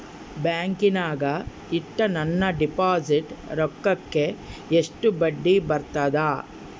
ಬ್ಯಾಂಕಿನಾಗ ಇಟ್ಟ ನನ್ನ ಡಿಪಾಸಿಟ್ ರೊಕ್ಕಕ್ಕ ಎಷ್ಟು ಬಡ್ಡಿ ಬರ್ತದ?